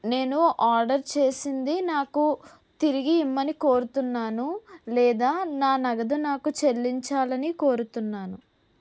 నేను ఆర్డర్ చేసింది నాకు తిరిగి ఇమ్మని కోరుతున్నాను లేదా నా నగదు నాకు చెల్లించాలి అని కోరుతున్నాను